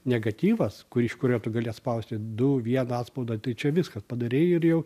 negatyvas kur iš kurio tu gali atspausti du vieną antspaudą tai čia viską padarei ir jau